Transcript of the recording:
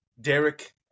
Derek